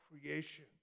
creation